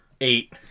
Eight